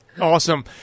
Awesome